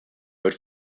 but